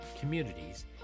communities